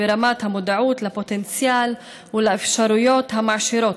ולרמת המודעות לפוטנציאל ולאפשרויות המעשירות,